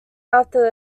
after